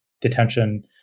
detention